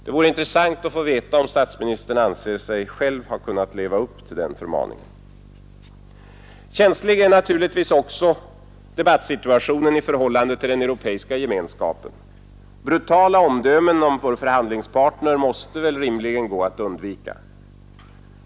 Det vore intressant att veta om statsministern anser sig själv ha kunnat leva upp till den förmaningen. Känslig är naturligtvis också debattsituationen i förhållande till den europeiska gemenskapen. Brutala omdömen om vår förhandlingspartner måste väl rimligen gå att undvika.